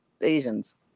Asians